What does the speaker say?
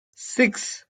six